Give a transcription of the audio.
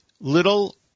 little